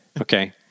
Okay